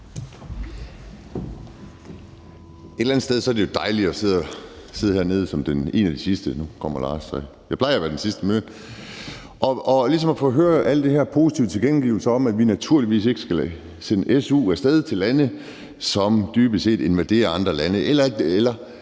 Et eller andet sted er det jo dejligt at sidde hernede og være en af de sidste – nu kommer Lars Boje Mathiesen så på, men jeg plejer at være den sidste på talerstolen – og ligesom høre alle de her positive tilkendegivelser om, at vi naturligvis ikke skal sende su af sted til lande, som dybest set invaderer andre lande eller